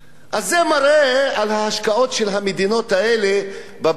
אז זה מראה על ההשקעות של המדינות האלה בבן-אדם.